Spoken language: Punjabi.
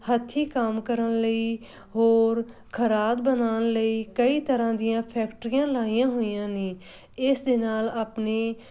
ਹੱਥੀਂ ਕੰਮ ਕਰਨ ਲਈ ਹੋਰ ਖਰਾਦ ਬਣਾਉਣ ਲਈ ਕਈ ਤਰ੍ਹਾਂ ਦੀਆਂ ਫੈਕਟਰੀਆਂ ਲਾਈਆਂ ਹੋਈਆਂ ਨੇ ਇਸ ਦੇ ਨਾਲ ਆਪਣੇ